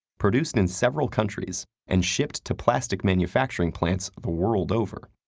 produced in several countries and shipped to plastic manufacturing plants the world over,